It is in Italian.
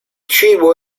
cibo